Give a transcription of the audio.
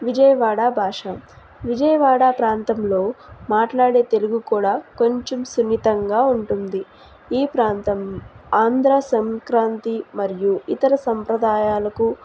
విజయవాడ భాష విజయవాడ ప్రాంతంలో మాట్లాడే తెలుగు కూడా కొంచెం సున్నితంగా ఉంటుంది ఈ ప్రాంతం ఆంధ్ర సంక్రాంతి మరియు ఇతర సంప్రదాయాలకు